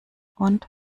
und